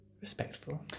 respectful